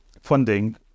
funding